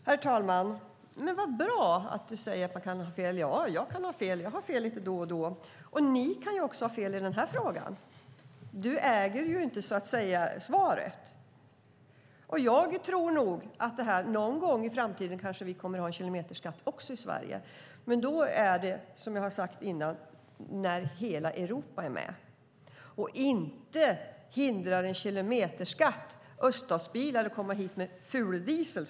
Herr talman! Det är bra att du säger att man kan ha fel, Hans Olsson. Jag kan ha fel; det har jag lite då och då. Ni kan också ha fel i den här frågan. Du äger ju inte svaret. Jag tror nog att vi någon gång i framtiden kommer att ha kilometerskatt i Sverige, men då är det när hela Europa är med. Inte hindrar en kilometerskatt öststatsbilar från att komma hit med fuldiesel.